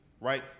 right